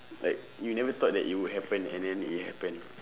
like you never thought that it would happen and then it happened